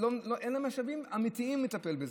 שאין להם משאבים אמיתיים לטפל בזה.